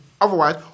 Otherwise